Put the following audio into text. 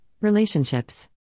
Relationships